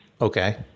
Okay